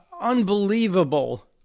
unbelievable